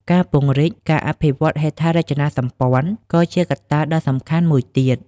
ការពង្រីក ការអភិវឌ្ឍហេដ្ឋារចនាសម្ព័ន្ធ ក៏ជាកត្តាដ៏សំខាន់មួយទៀត។